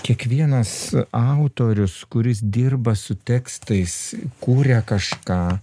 kiekvienas autorius kuris dirba su tekstais kuria kažką